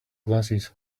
glasses